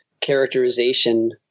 characterization